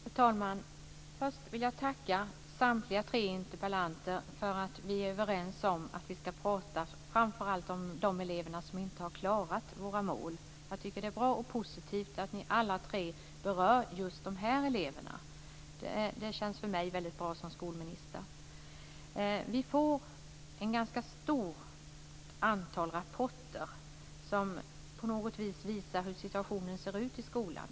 Fru talman! Först vill jag tacka samtliga tre interpellanter för att vi är överens om att vi skall prata om framför allt de elever som inte klarar våra mål. Det är bra och positivt att ni alla tre berör just de eleverna. Det känns för mig som skolminister bra. Vi får ett stort antal rapporter som visar på hur situationen ser ut i skolan.